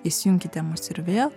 įsijunkite mus ir vėl